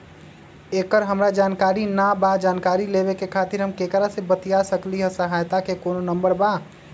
एकर हमरा जानकारी न बा जानकारी लेवे के खातिर हम केकरा से बातिया सकली ह सहायता के कोनो नंबर बा?